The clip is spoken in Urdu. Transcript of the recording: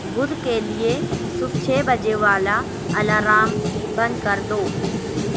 بدھ کے لیے صبح چھے بجے والا الارام بند کر دو